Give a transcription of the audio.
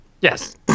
Yes